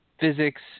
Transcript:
physics